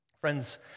Friends